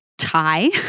tie